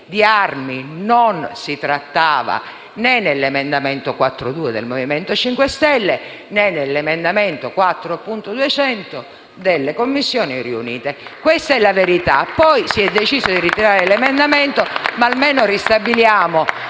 non si trattava né nell'emendamento 4.2 del Movimento 5 Stelle, né nell'emendamento 4.200 delle Commissioni riunite. *(Applausi dal Gruppo PD)*. Questa è la verità, poi si è deciso di ritirare l'emendamento, ma almeno ristabiliamo,